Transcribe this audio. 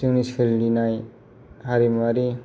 जोंनि सोलिनाय हारिमुवारि